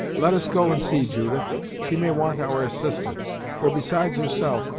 let us go and see, judith she may want our assistance for, besides herself,